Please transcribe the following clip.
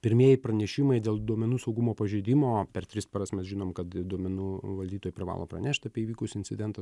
pirmieji pranešimai dėl duomenų saugumo pažeidimo per tris paras mes žinom kad duomenų valdytojai privalo pranešt apie įvykusį incidentą